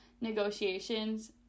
negotiations